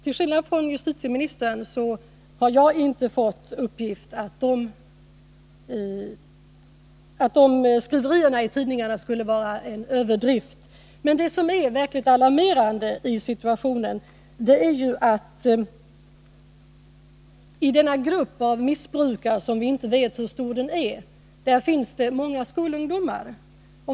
Till skillnad från justitieministern har inte jag fått uppgift om att tidningarnas skriverier skulle vara överdrivna. Det verkligt alarmerande är ju att i gruppen missbrukare — en grupp som vi inte känner till storleken på — ingår många skolungdomar.